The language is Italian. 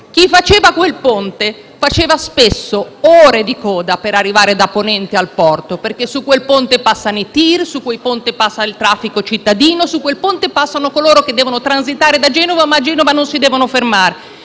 Chi percorreva quel ponte faceva spesso ore di coda per arrivare da ponente al porto, perché su quel ponte passavano i TIR; su quel ponte passava il traffico cittadino; su quel ponte passavano coloro che dovevano transitare da Genova e a Genova non si dovevano fermare.